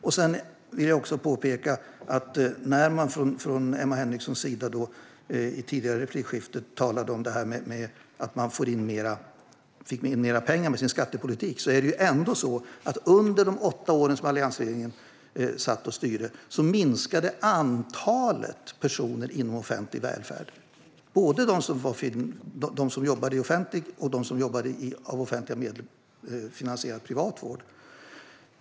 Emma Henriksson sa i ett tidigare replikskifte att man fick in mer pengar med sin skattepolitik, och därför vill jag påpeka att antalet personer inom offentlig välfärd minskade under de åtta år alliansregeringen satt och styrde. Det gäller både dem som jobbade i offentlig verksamhet och dem som jobbade inom offentligfinansierad privat vård.